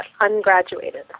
ungraduated